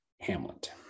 Hamlet